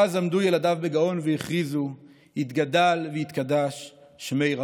ואז עמדו ילדיו בגאון והכריזו: יתגדל ויתקדש שמה רבא.